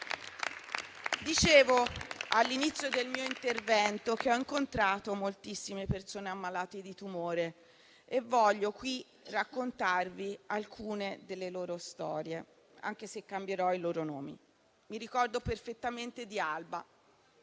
Dicevo all'inizio del mio intervento che ho incontrato moltissime persone ammalate di tumore e voglio qui raccontarvi alcune delle loro storie, anche se cambierò i loro nomi. Mi ricordo perfettamente di Alba,